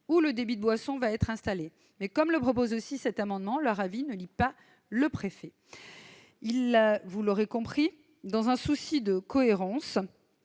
où le débit de boissons va être installée, mais comme le propose aussi cet amendement leur avis ne lie pas le préfet il vous l'aurez compris dans un souci de cohérence,